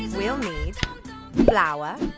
we'll need flour,